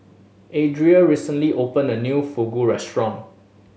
Adriel recently opened a new Fugu Restaurant